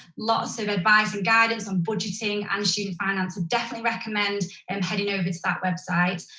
lots of advice and guidance on budgeting and student finance, definitely recommend and heading over to that website.